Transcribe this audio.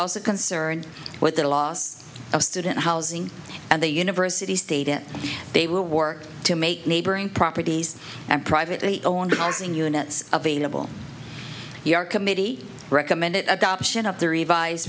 also concerned with the loss of student housing and the university's stated they will work to make neighboring properties and privately owned the housing units available your committee recommended adoption of the revised